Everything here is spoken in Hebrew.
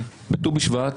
ב-ט"ו בשבט,